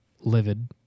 livid